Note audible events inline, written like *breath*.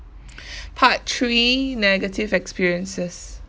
*breath* part three negative experiences